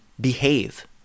behave